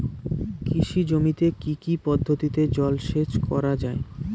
কৃষি জমিতে কি কি পদ্ধতিতে জলসেচ করা য়ায়?